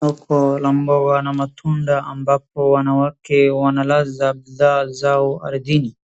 Soko la mboga na matunda ambapo wanawake wanalaza bidhaa zao ardhini.